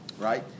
Right